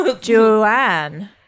Joanne